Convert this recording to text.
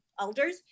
elders